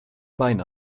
bein